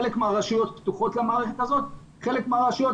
חלק מהרשויות פתוחות למערכת הזאת וחלק מהרשויות,